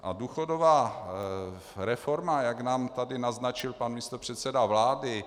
A důchodová reforma, jak nám tady naznačil pan místopředseda vlády...